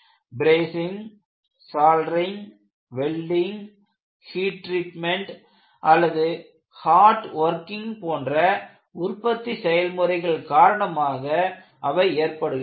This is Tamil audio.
brazing soldering welding heat treatment அல்லது ஹாட் வொர்க்கிங் போன்ற உற்பத்தி செயல்முறைகள் காரணமாக அவை ஏற்படுகின்றன